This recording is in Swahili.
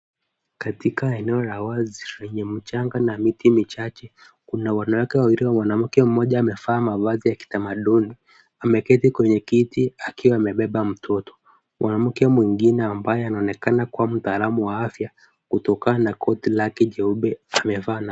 Katika eneo la wazi, lenye mchanga na miti michache, kuna wanawake wawili na mwanamke mmoja, amevaa ya kitamaduni. Ameketi kwenye kiti, akiwa amebeba mtoto. Mwanamke mwingine ambaye anaonekana kuwa mtaalamu wa afya kutokana na koti lake cheupe amevaa na.